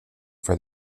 for